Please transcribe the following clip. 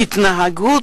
ההתנהגות